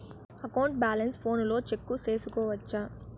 account balance ఫోనులో check సేసుకోవచ్చా